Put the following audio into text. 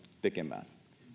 tekemään